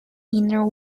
inner